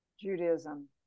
Judaism